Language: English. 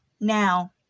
now